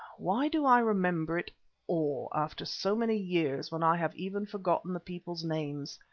why do i remember it all after so many years when i have even forgotten the people's names?